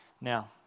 Now